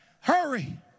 hurry